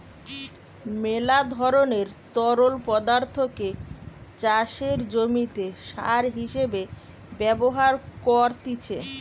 মেলা ধরণের তরল পদার্থকে চাষের জমিতে সার হিসেবে ব্যবহার করতিছে